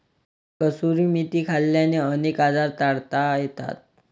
कसुरी मेथी खाल्ल्याने अनेक आजार टाळता येतात